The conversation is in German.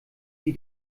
wie